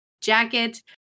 jacket